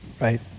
Right